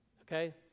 okay